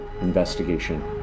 investigation